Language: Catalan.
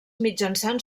mitjançant